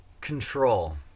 control